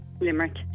Limerick